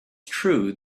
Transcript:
true